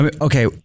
Okay